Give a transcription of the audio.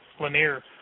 Lanier